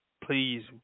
please